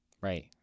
Right